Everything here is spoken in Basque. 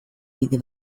bide